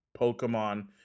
pokemon